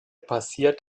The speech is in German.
passiert